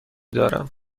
دارم